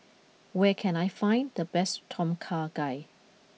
where can I find the best Tom Kha Gai